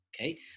okay